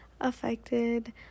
affected